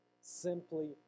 simply